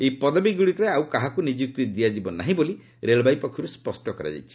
ଏହି ପଦବୀଗୁଡ଼ିକରେ ଆଉ କାହାକୁ ନିଯୁକ୍ତି ଦିଆଯିବ ନାହିଁ ବୋଲି ରେଳବାଇ ପକ୍ଷରୁ ସ୍ୱଷ୍ଟ କରାଯାଇଛି